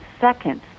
seconds